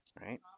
Right